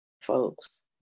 folks